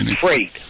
Freight